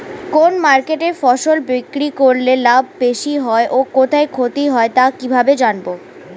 কোন মার্কেটে ফসল বিক্রি করলে লাভ বেশি হয় ও কোথায় ক্ষতি হয় তা কি করে জানবো?